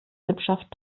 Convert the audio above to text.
sippschaft